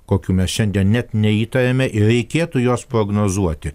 kokių mes šiandien net neįtariame ir reikėtų juos prognozuoti